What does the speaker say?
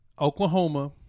Oklahoma